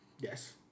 Yes